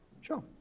Sure